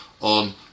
on